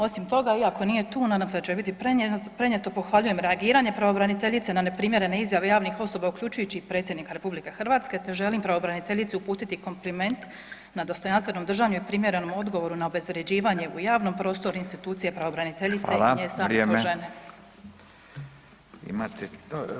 Osim toga, iako nije tu nadam se da će joj biti prenijeto pohvaljujem reagiranje pravobraniteljice na neprimjerene izjave javnih osoba uključujući i predsjednika RH te želim pravobraniteljici uputiti kompliment na dostojanstveno držanje i primjerenom odgovoru na obezvrjeđivanje u javnom prostoru institucije pravobraniteljice [[Upadica: Hvala, vrijeme.]] i nje same kao žene.